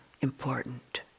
important